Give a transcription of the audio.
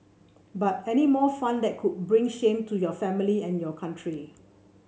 but any more fun that could bring shame to your family and your country